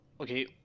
okay